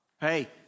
hey